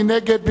מי נגד?